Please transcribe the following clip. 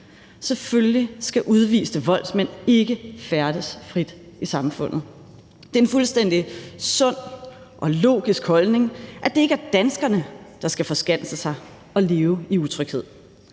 Selvfølgelig skal udviste voldsmænd ikke færdes frit i samfundet. Det er en fuldstændig sund og logisk holdning, at det ikke er danskerne, der skal forskanse sig og leve i utryghed.